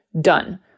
done